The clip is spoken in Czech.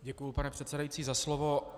Děkuji, pane předsedající, za slovo.